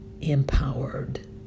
empowered